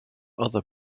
other